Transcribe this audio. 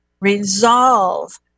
resolve